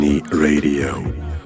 Radio